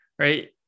Right